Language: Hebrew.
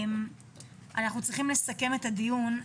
אנחנו צריכים לסכם את הדיון.